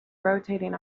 rotating